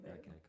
Okay